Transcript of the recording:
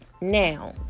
Now